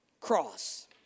cross